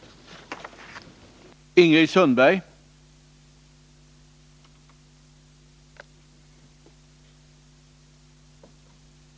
14 december 1981